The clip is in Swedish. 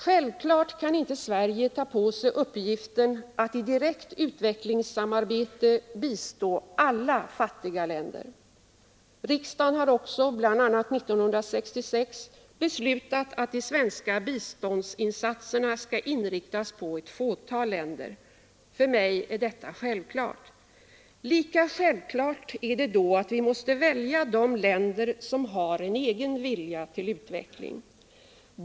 Självklart kan inte Sverige ta på sig uppgiften att i direkt utvecklingssamarbete bistå alla fattiga länder. Riksdagen har också bl.a. 1966 beslutat att de svenska biståndsinsatserna skall inriktas på ett fåtal länder. För mig är detta självklart. Lika självklart är det då att vi måste välja de länder som har en egen vilja till utveckling.